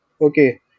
okay